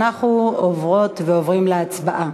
אנחנו עוברות ועוברים להצבעה.